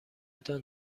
تان